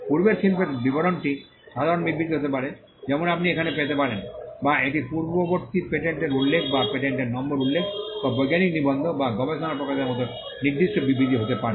পূর্বের শিল্পের বিবরণটি সাধারণ বিবৃতি হতে পারে যেমন আপনি এখানে পেতে পারেন বা এটি পূর্ববর্তী পেটেন্টের উল্লেখ বা পেটেন্ট নম্বর উল্লেখ বা বৈজ্ঞানিক নিবন্ধ বা গবেষণা প্রকাশের মতো নির্দিষ্ট বিবৃতি হতে পারে